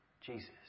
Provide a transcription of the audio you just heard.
Jesus